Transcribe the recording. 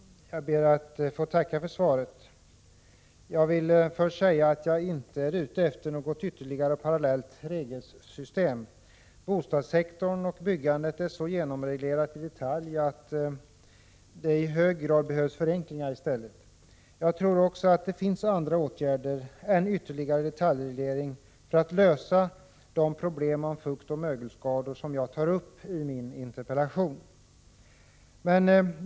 Herr talman! Jag ber att få tacka för svaret. Först vill jag säga att jag inte är ute efter något ytterligare parallellt regelsystem. Bostadssektorn och byggandet är så genomreglerade att det i hög grad behövs förenklingar i stället. Jag tror att det finns andra åtgärder än ytterligare detaljreglering för att lösa problemen med fuktoch mögelskador, som jag tar upp i min interpellation.